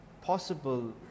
possible